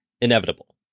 inevitable